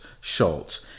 Schultz